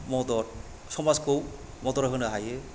मदद समाजखौ मदद होनो हायो